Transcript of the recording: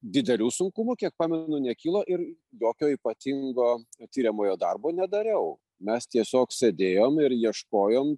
didelių sunkumų kiek pamenu nu nekilo ir jokio ypatingo tiriamojo darbo nedariau mes tiesiog sėdėjom ir ieškojom